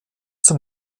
zum